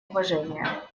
уважения